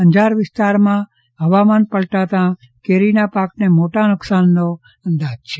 અંજાર વિસ્તારમાં હવામાન પલટાતા કેરીના પાકને મોટા નુંકાશાનનું અંદાજ છે